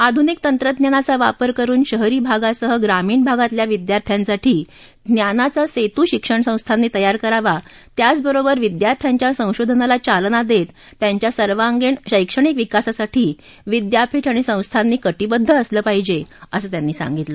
आधुनिक तंत्रज्ञानाचा वापर करुन शहरी भागासह ग्रामीण भागातल्या विद्यार्थ्यांसाठी ज्ञानाचा सेतू शिक्षण संस्थांनी तयार करावा त्याचबरोबर विद्यार्थ्यांच्या संशोधनाला चालना देत त्यांच्या सर्वांगीण शैक्षणिक विकासासाठी विद्यापीठ आणि संस्थांनी कटिबद्ध असलं पाहिजे असं त्यांनी सांगितलं